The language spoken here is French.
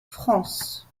france